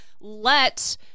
let